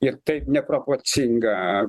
ir taip neproporcinga